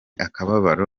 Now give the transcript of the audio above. akababaro